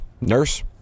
Nurse